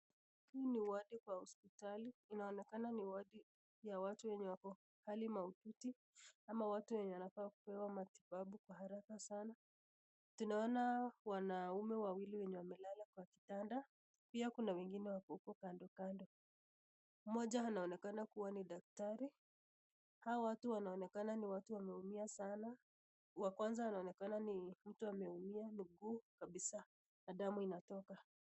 Huu ni wodi kwa hospitali. Inaonekana ni wodi ya watu wenye wako hali mahututi ama watu wenye wanafaa kupewa matibabu kwa haraka sana. Tunaona wanaume wawili wenye wamelala kwa kitanda. Pia kuna wengine wako huko kando kando. Mmoja anaonekana kuwa ni daktari. Hao watu wanaonekana ni watu wameumia sana. Wa kwanza anaonekana ni mtu ameumia miguu kabisa na damu inatoka.